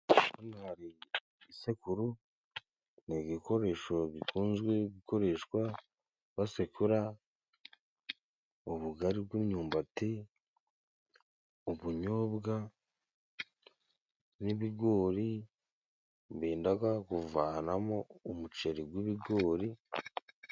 Isekuru ni igikoresho bikunzwe gukoreshwa basekura ubugari bw'imyumbati, ubunyobwa, n'ibigori bendaga guvanamo umuceri gw'ibigori.